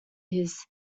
his